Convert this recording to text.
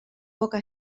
poca